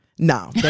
No